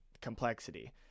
complexity